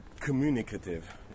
communicative